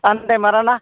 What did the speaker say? आनदायमारा ना